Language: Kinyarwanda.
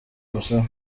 umusaba